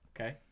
Okay